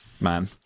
man